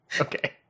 Okay